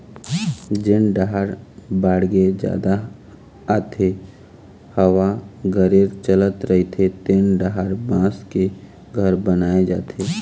जेन डाहर बाड़गे जादा आथे, हवा गरेर चलत रहिथे तेन डाहर बांस के घर बनाए जाथे